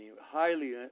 highly